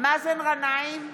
מאזן גנאים,